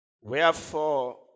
Wherefore